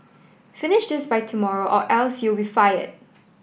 finish this by tomorrow or else you'll be fired